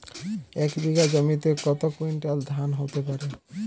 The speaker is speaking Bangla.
এক বিঘা জমিতে কত কুইন্টাল ধান হতে পারে?